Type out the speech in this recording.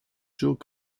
joe